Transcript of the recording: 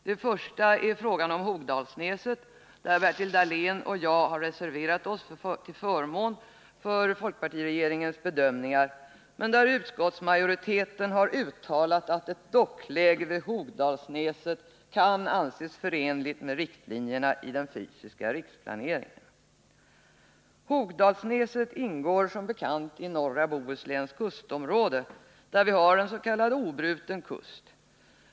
Den första är frågan om Hogdalsnäset, där Bertil Dahlén och jag har reserverat oss till förmån för folkpartiregeringens bedömningar men där utskottsmajoriteten uttalat att ett dockläge vid Hogdalsnäset kan anses förenligt med riktlinjerna i den fysiska riksplaneringen. Hogdalsnäset ingår som bekant i norra Bohusläns kustområde, där vi har en s.k. obruten kust.